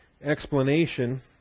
explanation